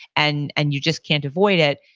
and and you just can't avoid it,